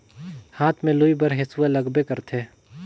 हाथ में लूए बर हेसुवा लगबे करथे